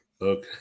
Okay